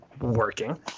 Working